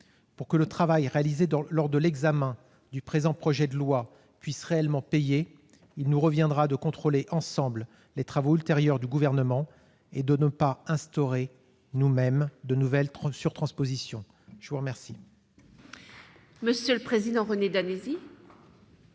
Pour que le travail réalisé lors de l'examen du présent projet de loi puisse réellement payer, il nous reviendra de contrôler ensemble les travaux ultérieurs du Gouvernement et de ne pas instaurer nous-mêmes de nouvelles surtranspositions. La parole